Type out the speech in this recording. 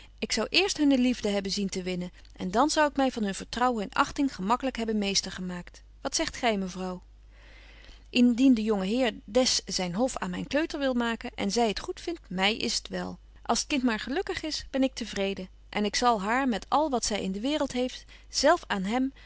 ik zou eerst hunne liefde hebben zien te winnen en dan zou ik my van hun vertrouwen en achting gemaklyk hebben meester gemaakt wat zegt gy mevrouw indien de jonge heer des zyn hof aan myn kleuter wil maken en zy het goedvindt my is t wel als t kind maar gelukkig is ben ik te vreden en ik zal haar met al wat zy in de betje wolff en aagje deken historie van mejuffrouw sara burgerhart waereld heeft zelf aan hem